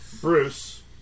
Bruce